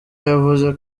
yavuze